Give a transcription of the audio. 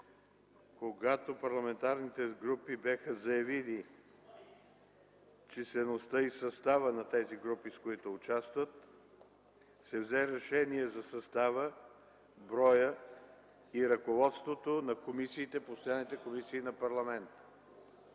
когато парламентарните групи бяха заявили числеността и състава на тези групи, с които участват, се взе решение за състава, броя и ръководствата на постоянните комисии на парламента.